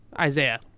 Isaiah